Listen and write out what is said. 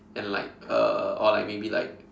and like uh or like maybe like